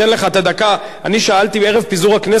זו שאלה לגיטימית מאוד, מה ששאלה חברת הכנסת רגב.